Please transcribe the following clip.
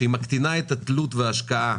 שהיא מקטינה את התלות וההשקעה